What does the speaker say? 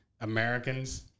Americans